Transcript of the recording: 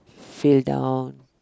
feel down